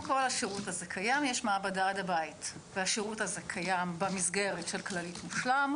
קודם כל השירות הזה קיים יש מעבדה עד הבית - במסגרת של כללית מושלם.